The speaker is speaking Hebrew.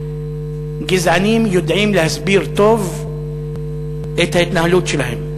גזענים יודעים להסביר טוב את ההתנהלות שלהם: